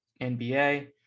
NBA